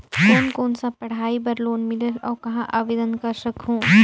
कोन कोन सा पढ़ाई बर लोन मिलेल और कहाँ आवेदन कर सकहुं?